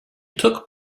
took